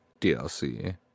DLC